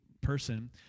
person